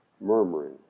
murmuring